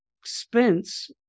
expense